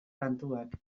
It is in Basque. kantuak